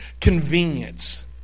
convenience